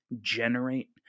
generate